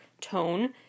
tone